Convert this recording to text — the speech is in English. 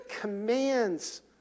commands